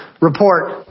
report